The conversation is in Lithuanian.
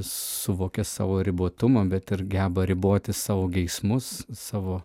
suvokia savo ribotumą bet ir geba riboti savo geismus savo